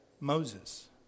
Moses